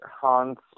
Hans